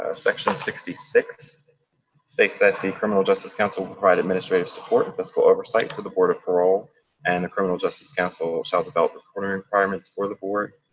ah section sixty six states that the criminal justice council provide administrative support, and fiscal oversight to the board of parole and the criminal justice council shall develop reporting requirements for the board.